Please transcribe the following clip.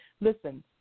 Listen